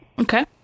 Okay